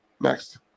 Next